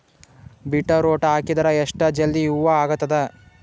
Beetroot ಹಾಕಿದರ ಎಷ್ಟ ಜಲ್ದಿ ಹೂವ ಆಗತದ?